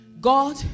God